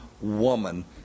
woman